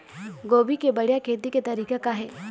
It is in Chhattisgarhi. गोभी के बढ़िया खेती के तरीका का हे?